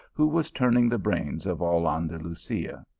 who was turning the brains of all andalusia.